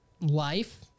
life